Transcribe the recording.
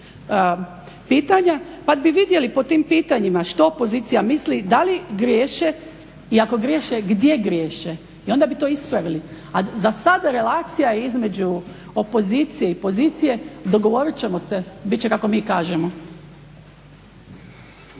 pa bi vidjeli po tim pitanjima što opozicija misli, da li griješe i ako griješe gdje griješe i onda bi to ispravili. A zasad relacija između opozicije i pozicije dogovorit ćemo se, bit će kako mi kažemo.